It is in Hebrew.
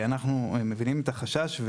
אנחנו מבינים את החשש,